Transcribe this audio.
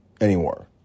anymore